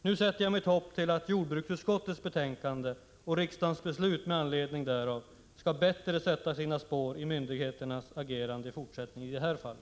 Nu sätter jag mitt hopp till att jordbruksutskottets betänkande och riksdagens beslut med anledning därav bättre skall sätta sina spår i myndigheternas fortsatta agerande i detta ärende.